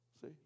See